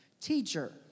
Teacher